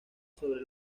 sobre